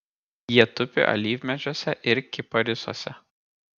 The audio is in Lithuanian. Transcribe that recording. jie tupi alyvmedžiuose ir kiparisuose